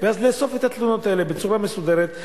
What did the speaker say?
ואז נאסוף את התלונות האלה בצורה מסודרת,